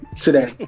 today